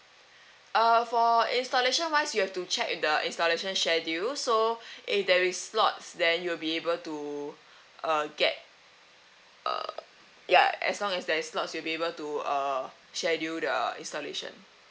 uh for installation wise you have to check the installation schedule so if there is slots then you'll be able to err get err ya as long as there's slots you will be able to uh schedule the installation